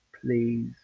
Please